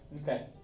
Okay